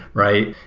right?